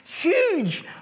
huge